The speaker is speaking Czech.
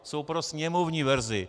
Jsou pro sněmovní verzi.